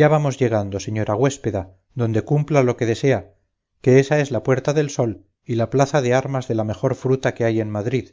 ya vamos llegando señora güéspeda donde cumpla lo que desea que ésa es la puerta del sol y la plaza de armas de la mejor fruta que hay en madrid